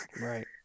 right